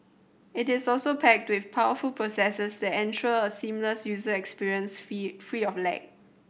it is also packed with powerful processors that ensure a seamless user experience free of lag